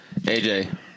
AJ